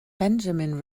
benjamin